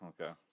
okay